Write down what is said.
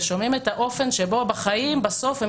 ושומעים את האופן שבו בחיים בסוף הם